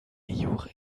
jure